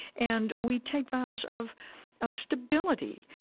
and we take vows of of stability,